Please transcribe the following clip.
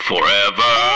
forever